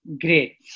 Great